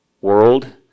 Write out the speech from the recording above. world